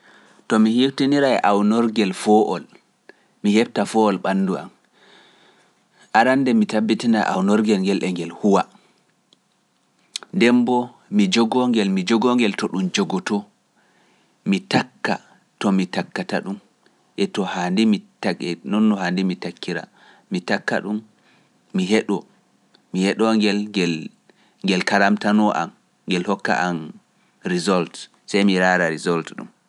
To mi hutinirai e awnorgel foowol, mi heɓta foowol ɓanndu am, arande mi tabbitinai awnorgel ngel e ngel huwa, ndembo mi jogoo ngel, mi jogoo ngel to ɗum jogotoo, mi takka to mi takkata ɗum, e to haandi mi takkira, mi takka ɗum, mi heɗoo, mi heɗoo ngel, ngel karamtano am, ngel hokka am result, sey mi raara result ɗum.